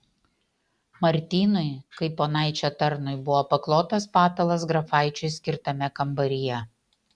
martynui kaip ponaičio tarnui buvo paklotas patalas grafaičiui skirtame kambaryje